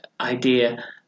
idea